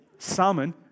Salmon